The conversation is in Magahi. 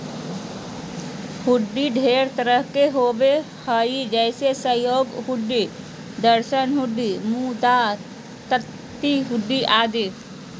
हुंडी ढेर तरह के होबो हय जैसे सहयोग हुंडी, दर्शन हुंडी, मुदात्ती हुंडी आदि